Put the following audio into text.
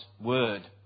word